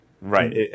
Right